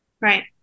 right